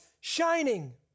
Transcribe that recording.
shining